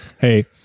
hey